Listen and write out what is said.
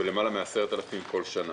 מדובר על למעלה מעשרת אלפים כל שנה.